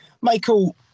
Michael